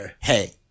hey